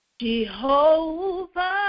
Jehovah